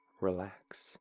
relax